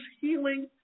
healing